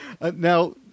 Now